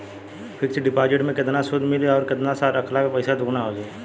Fix deposit मे केतना सूद मिली आउर केतना साल रखला मे पैसा दोगुना हो जायी?